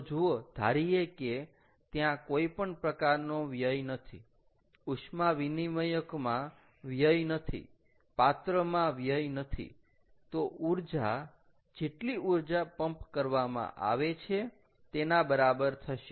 તો જુઓ ધારીએ કે ત્યાં કોઈ પણ પ્રકારનો વ્યય નથી ઉષ્મા વિનિમયકમાં વ્યય નથી પાત્રમાં વ્યય નથી તો ઊર્જા જેટલી ઊર્જા પમ્પ્ડ કરવામાં આવે છે એના બરાબર થશે